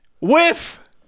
Whiff